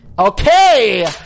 Okay